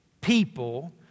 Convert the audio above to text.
people